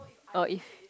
uh if